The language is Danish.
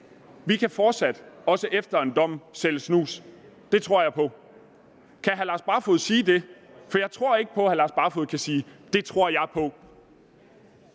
at vi fortsat også efter en dom kan sælge snus, og at det tror han på? Kan hr. Lars Barfoed sige det? Jeg tror ikke på, at hr. Lars Barfoed kan sige: Det tror jeg på.